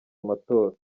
amatora